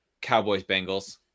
Cowboys-Bengals